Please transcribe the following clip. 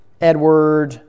Edward